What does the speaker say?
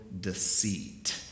deceit